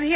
V